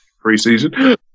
pre-season